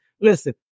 listen